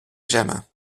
j’aime